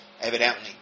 evidently